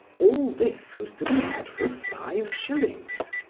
all this was to be had for five shillings.